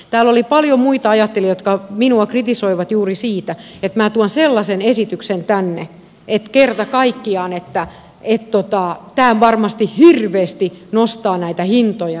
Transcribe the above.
täällä oli paljon muita ajattelijoita jotka minua kritisoivat juuri siitä että minä tuon sellaisen esityksen tänne että kerta kaikkiaan tämä varmasti hirveästi nostaa näitä hintoja ja niin edelleen